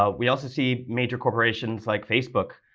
ah we also see major corporations like facebook,